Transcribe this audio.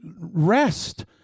rest